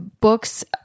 books